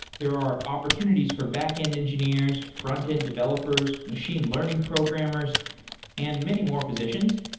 there are opportunities for backend engineers, frontend developers, machine learning programmers and many more positions.